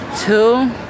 Two